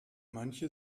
manche